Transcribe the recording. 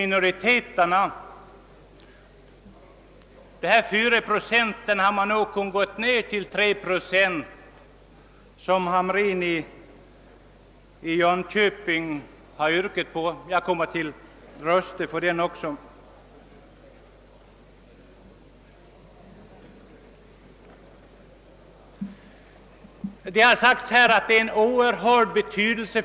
I reservationen 7 av herr Hamrin i Jönköping har yrkats på att spärren mot småpartier inte bör sättas vid 4 procent av rösterna i hela riket, utan vid 3 procent. Jag kommer att rösta för denna reservation.